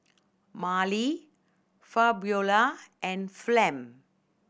Marley Fabiola and Flem